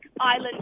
Island